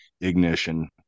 ignition